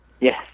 Yes